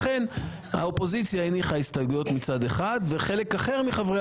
לכן האופוזיציה הניחה הסתייגויות מצד אחד וחלק אחר מחברי